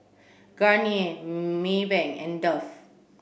Garnier Maybank and Dove